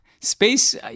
space